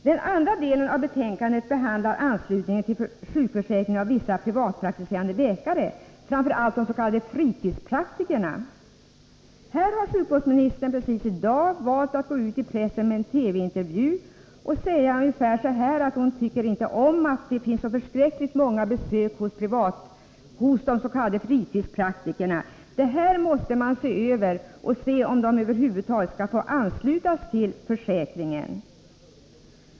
Den andra delen av propositionen behandlar anslutningen till sjukförsäkringen av vissa privatpraktiserande läkare, framför allt de s.k. fritidspraktikerna. Här har sjukvårdsministern precis i dag valt att gå ut i massmedia med en TV-intervju och säga ungefär så här: Jag tycker inte om att det finns så förskräckligt många besök hos dess.k. fritidspraktikerna. Det här måste vi se över och se om de över huvud taget skall få anslutas till försäkringen.